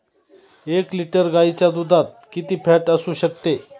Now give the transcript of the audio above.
एक लिटर गाईच्या दुधात किती फॅट असू शकते?